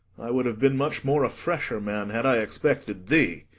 i would have been much more a fresher man, had i expected thee.